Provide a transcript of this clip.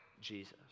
Jesus